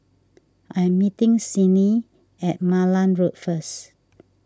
I'm meeting Sydni at Malan Road first